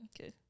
Okay